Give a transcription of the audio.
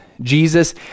Jesus